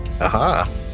Aha